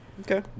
Okay